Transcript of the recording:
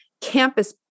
campus